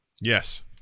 Yes